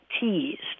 teased